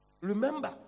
Remember